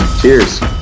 cheers